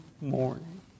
morning